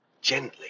gently